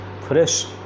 fresh